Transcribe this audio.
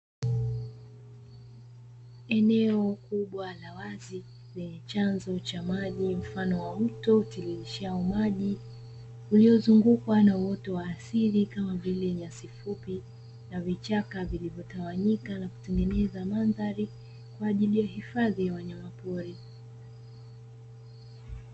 Eneo kubwa la wazi lenye chanzo cha maji mfano wa mto utiririshao maji, uliozungukwa na uoto wa asili kama vile nyasi fupi na vichaka vilivyotawanyika na kutengeneza mandhari kwa ajili ya hifadhi ya wanyamapori.